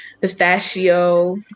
pistachio